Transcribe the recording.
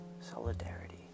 solidarity